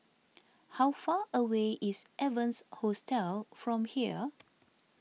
how far away is Evans Hostel from here